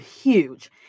huge